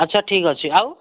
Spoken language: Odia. ଆଚ୍ଛା ଠିକ୍ ଅଛି ଆଉ